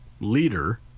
leader